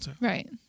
Right